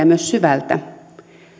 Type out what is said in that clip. myös syvältä